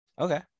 Okay